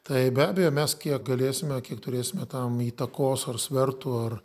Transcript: tai be abejo mes kiek galėsime kiek turėsime tam įtakos ar svertų ar